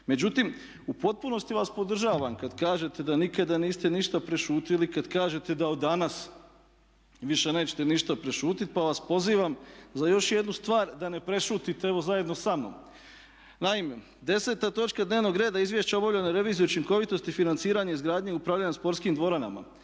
Međutim, u potpunosti vas podržavam kad kažete da nikada niste ništa prešutjeli, kad kažete da od danas više nećete ništa prešutiti, pa vas pozivam za još jednu stvar da ne prešutite evo zajedno sa mnom. Naime, 10. točka dnevnog reda Izvješće o obavljenoj reviziji učinkovitosti financiranja izgradnje i upravljanja sportskim dvoranama,